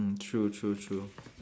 mm true true true